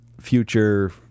future